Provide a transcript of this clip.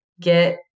get